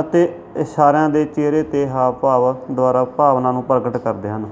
ਅਤੇ ਇਸ਼ਾਰਿਆਂ ਦੇ ਚਿਹਰੇ 'ਤੇ ਹਾਵ ਭਾਵ ਦੁਆਰਾ ਭਾਵਨਾ ਨੂੰ ਪ੍ਰਗਟ ਕਰਦੇ ਹਨ